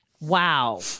Wow